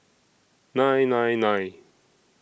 nine nine nine